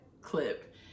clip